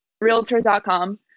realtor.com